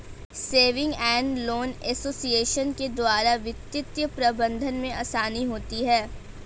saving and loan association के द्वारा वित्तीय प्रबंधन में आसानी होती है